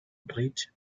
rich